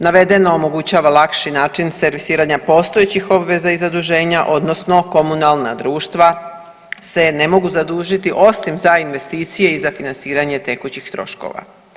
Navedeno omogućava lakši način servisiranja postojećih obveza i zaduženja odnosno komunalna društva se ne mogu zadužiti osim za investicije i za financiranje tekućih troškova.